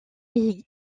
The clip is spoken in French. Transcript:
est